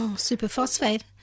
Superphosphate